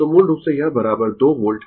तो मूल रूप से यह 2 वोल्ट